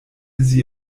sie